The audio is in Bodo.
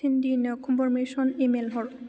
सेनडिनो कनफार्मेसन इमेल हर